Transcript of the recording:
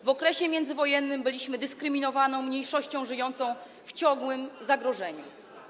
W okresie międzywojennym byliśmy dyskryminowaną mniejszością żyjącą w ciągłym zagrożeniu.